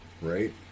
right